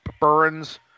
Burns